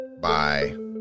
Bye